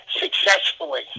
successfully